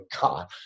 God